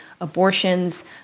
abortions